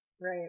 right